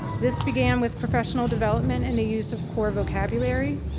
this began with professional development and the use of core vocabulary,